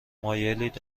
مایلید